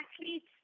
athletes